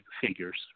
figures